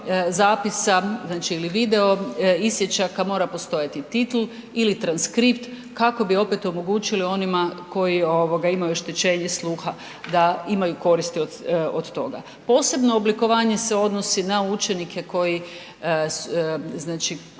znači ili video isječaka mora postojati titl ili transkript kako bi opet omogućili onima koji ovoga imaju oštećenje sluha da imaju koristi od toga. Posebno oblikovanje se odnosi na učenike koji